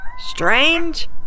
Strange